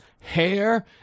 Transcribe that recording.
hair